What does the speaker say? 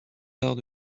arts